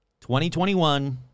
2021